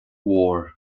mhór